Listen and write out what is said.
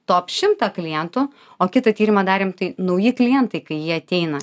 top šimtą klientų o kitą tyrimą darėm tai nauji klientai kai jie ateina